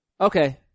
Okay